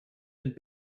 and